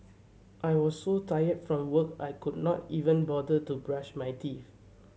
I was so tired from work I could not even bother to brush my teeth